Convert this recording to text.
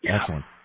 Excellent